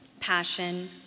passion